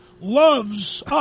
loves